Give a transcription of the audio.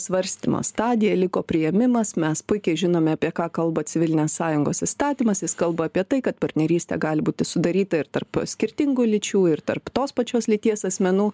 svarstymo stadiją liko priėmimas mes puikiai žinome apie ką kalba civilinės sąjungos įstatymas jis kalba apie tai kad partnerystė gali būti sudaryta ir tarp skirtingų lyčių ir tarp tos pačios lyties asmenų